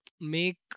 make